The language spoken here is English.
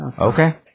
Okay